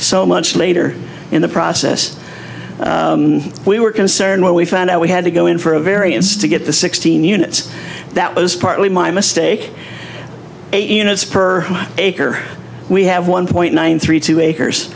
so much later in the process we were concerned when we found out we had to go in for a variance to get the sixteen units that was partly my mistake eight units per acre we have one point one three two acres